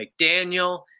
McDaniel